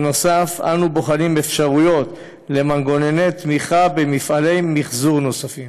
נוסף על כך אנו בוחנים אפשרויות למנגנוני תמיכה במפעלי מחזור נוספים.